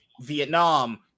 Vietnam